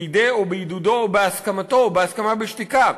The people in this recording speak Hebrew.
בידי, או בעידודו או בהסכמתו, או בהסכמה בשתיקה,